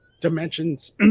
dimensions